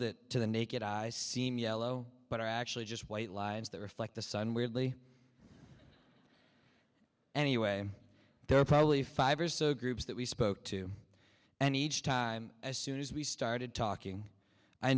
that to the naked eye seem yellow but are actually just white lines that reflect the sun weirdly anyway there are probably five or so groups that we spoke to and each time as soon as we started talking i